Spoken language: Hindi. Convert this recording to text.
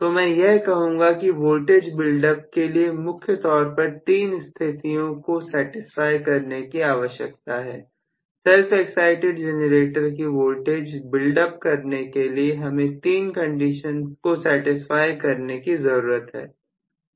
तो मैं यह कहूंगा कि वोल्टेज बिल्ड अप के लिए मुख्य तौर पर तीन स्थितियों को सेटिस्फाई करने की आवश्यकता है self excited जेनरेटर की वोल्टेज बिल्ड अप करने के लिए हमें तीन कंडीशन को सेटिस्फाई करने की जरूरत है